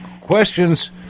questions